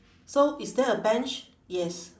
so is there a bench yes